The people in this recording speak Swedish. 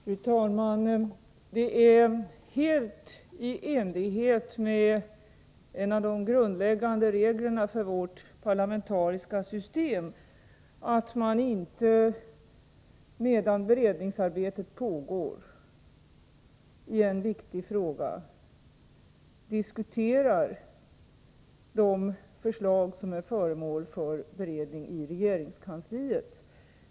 Fru talman! Det är helt i enlighet med en av de grundläggande reglerna för vårt parlamentariska system att vi inte medan beredningsarbetet pågår i en viktig fråga diskuterar de förslag som är föremål för beredning i regeringskansliet.